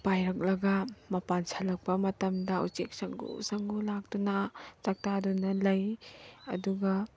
ꯄꯥꯏꯔꯛꯂꯒ ꯃꯄꯥꯟ ꯁꯥꯠꯂꯛꯄ ꯃꯇꯝꯗ ꯎꯆꯦꯛ ꯁꯪꯒꯨ ꯁꯪꯒꯨ ꯂꯥꯛꯇꯨꯅ ꯆꯥꯛꯇꯥꯗꯨꯅ ꯂꯩ ꯑꯗꯨꯒ